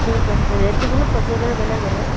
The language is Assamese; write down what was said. ঠিক আছে ৰেটটো কিন্তু প্ৰত্যেকৰে বেলেগ বেলেগ